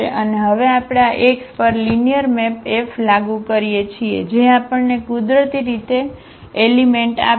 અને હવે આપણે આ x પર લિનિયર મેપ F લાગુ કરીએ છીએ જે આપણને કુદરતી રીતે એલિમેંટ આપશે